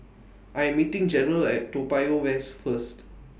I'm meeting Jerrell At Toa Payoh West First